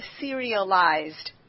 serialized